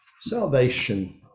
Salvation